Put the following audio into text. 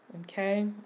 okay